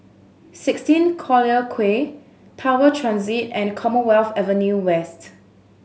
sixteen Collyer Quay Tower Transit and Commonwealth Avenue West